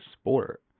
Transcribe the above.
sport